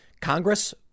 Congress